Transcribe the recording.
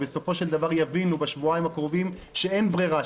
בסופו של דבר יבינו בשבועיים הקרובים שאין ברירה,